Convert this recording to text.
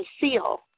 feel